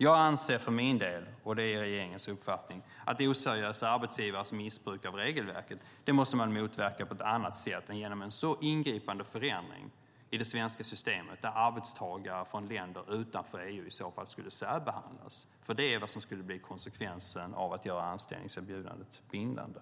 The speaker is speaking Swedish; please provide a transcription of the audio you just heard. Jag anser för min del, vilket är regeringens uppfattning, att man måste motverka oseriösa arbetsgivare som missbrukar regelverket på ett annat sätt än genom en så ingripande förändring i det svenska systemet, där arbetstagare från länder utanför EU i så fall skulle särbehandlas. Det är vad som skulle bli konsekvensen av att göra anställningserbjudandet bindande.